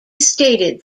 stated